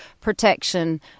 protection